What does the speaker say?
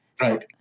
Right